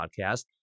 podcast